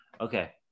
okay